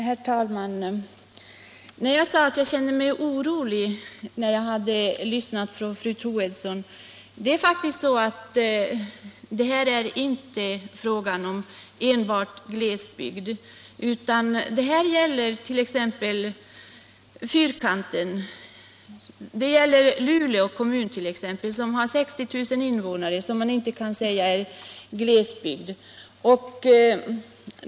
Herr talman! Jag sade att jag kände mig orolig när jag hade lyssnat till fru Troedsson. Här är det faktiskt inte fråga enbart om glesbygd utan det gäller t.ex. Fyrkanten och Luleå kommun, som har 60 000 invånare och som man inte kan säga är glesbygd.